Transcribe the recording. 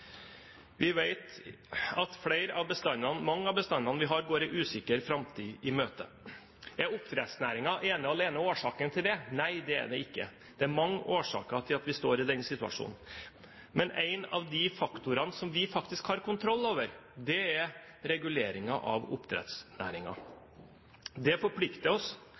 Vi vet at mange av bestandene vi har, går en usikker framtid i møte. Er oppdrettsnæringen ene og alene årsaken til det? Nei, det er den ikke. Det er mange årsaker til at vi står i den situasjonen. Men en av de faktorene som vi faktisk har kontroll over, er reguleringen av oppdrettsnæringen. Det forplikter oss,